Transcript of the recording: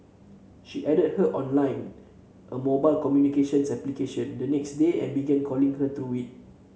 she added her on Line a mobile communications application the next day and began calling her through it